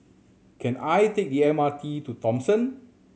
can I take the M R T to Thomson